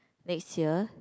next year